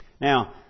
Now